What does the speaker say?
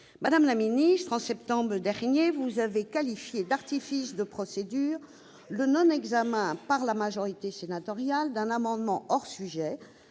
Madame la ministre, en septembre dernier, vous avez qualifié d'artifice de procédure le non-examen, par la majorité sénatoriale, d'un amendement hors sujet